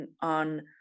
on